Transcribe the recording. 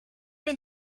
been